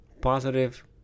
positive